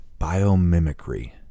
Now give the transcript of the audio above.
biomimicry